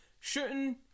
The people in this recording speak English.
shooting